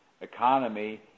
economy